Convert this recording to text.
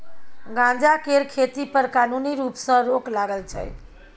गांजा केर खेती पर कानुनी रुप सँ रोक लागल छै